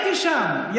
אין לך התמונה?